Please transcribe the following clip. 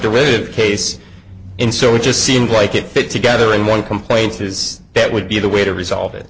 directive case in so it just seemed like it fit together in one complaint is that would be the way to resolve it